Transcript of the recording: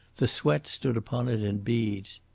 the sweat stood upon it in beads.